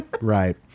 Right